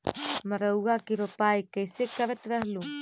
मड़उआ की रोपाई कैसे करत रहलू?